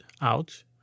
out